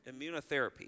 immunotherapy